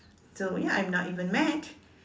so ya I am not even mad